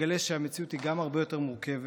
יגלה שהמציאות היא גם הרבה יותר מורכבת.